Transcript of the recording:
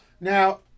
Now